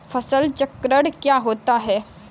फसल चक्रण क्या होता है?